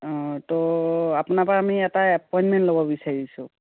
অঁ ত' আপোনাৰ পৰা আমি এটা এপইণ্টমেণ্ট ল'ব বিচাৰিছোঁ